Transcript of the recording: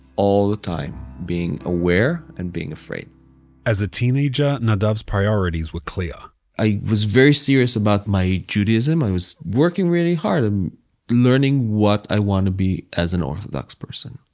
all the time being aware and being afraid as a teenager, nadav's priorities were clear i was very serious about my judaism. i was working really hard and learning what i want to be as an orthodox person.